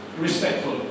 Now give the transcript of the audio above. respectful